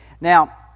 Now